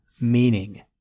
meaning